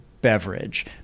beverage